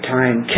time